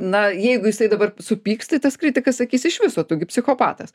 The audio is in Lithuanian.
na jeigu jisai dabar supyks tai tas kritikas sakys iš viso tu gi psichopatas